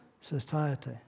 society